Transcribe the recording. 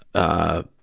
ah,